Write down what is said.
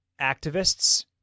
activists